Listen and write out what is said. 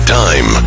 time